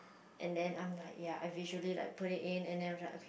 and then I'm like ya I visually like put it in and then I'm like okay